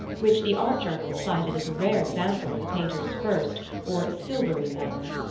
which the art journals cited as a rare example of the painter's first or silvery manner.